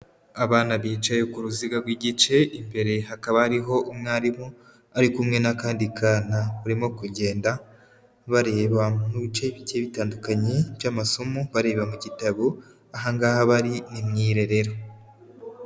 Abana bicaye ku ruziga rw'igice imbere hakaba hariho umwarimu, ari kumwe n'akandi kana urimo kugenda bareba mu bice bigiye bitandukanye by'amasomo bareba mu gitabo, aha ngaha bari ni mu irerero.